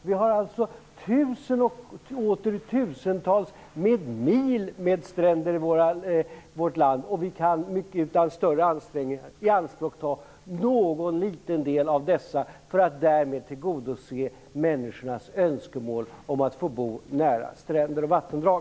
Vi har alltså tusentals och åter tusentals mil stränder i vårt land. Vi kan utan mycket ansträngning ianspråkta någon liten del av dessa för att därmed tillgodose människornas önskemål om att få bo nära stränder och vattendrag.